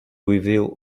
reveal